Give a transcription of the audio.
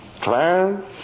Clarence